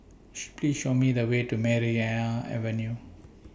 Please Show Me The Way to Maria Avenue